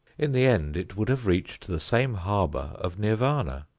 in the end it would have reached the same harbor of nirvana.